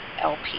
LP